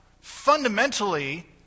fundamentally